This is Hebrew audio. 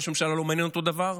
וראש הממשלה לא מעניין אותו דבר,